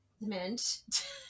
Mint